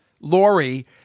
Lori